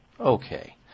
Okay